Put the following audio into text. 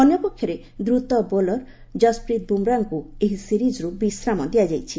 ଅନ୍ୟପକ୍ଷରେ ଦ୍ରତ ବୋଲର ଯଶପ୍ରିତ ବୁମ୍ରାଙ୍କୁ ଏହି ସିରିକ୍ରୁ ବିଶ୍ରାମ ଦିଆଯାଇଛି